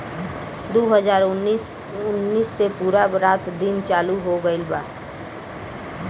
दु हाजार उन्नीस से पूरा रात दिन चालू हो गइल बा